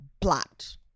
plot